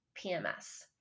PMS